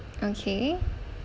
okay